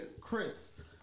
Chris